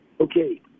Okay